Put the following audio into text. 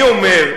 אני אומר,